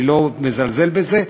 אני לא מזלזל בזה,